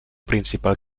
principal